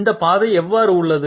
இந்த பாதை எவ்வாறு உள்ளது